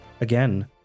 Again